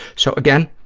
so, again,